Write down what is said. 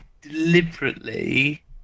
deliberately